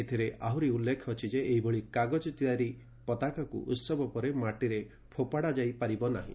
ଏଥିରେ ଆହୁରି ଉଲ୍ଲ୍ଖ ଅଛି ଯେ ଏହିଭଳି କାଗଜ ତିଆରି ପତାକାକୁ ଉହବ ପରେ ମାଟିରେ ଫୋପଡ଼ା ଯାଇ ପାରିବ ନାହିଁ